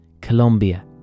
Colombia